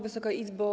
Wysoka Izbo!